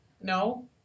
No